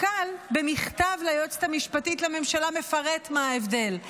במכתב ליועצת המשפטית לממשלה המפכ"ל מפרט מה ההבדל.